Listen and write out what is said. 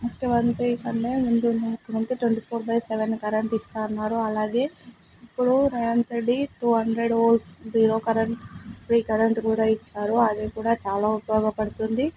ముఖ్యమంత్రి కంటే ముందున్న ముఖ్యమంత్రి twenty four by seven current ఇస్తాన్నారు అలాగే ఇప్పుడు Revanth Reddy two hundred volts zero current free current కూడా ఇచ్చారు అది కూడా చాలా ఉపయోగపడుతుంది